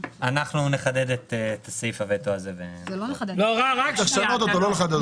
אבל מצד שני אם פתאום קורה שינוי תחבורתי שאנחנו עוד לא מדמיינים,